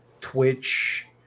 twitch